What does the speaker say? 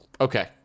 Okay